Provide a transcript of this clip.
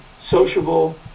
sociable